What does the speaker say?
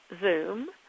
Zoom